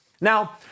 Now